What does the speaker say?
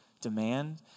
demand